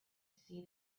see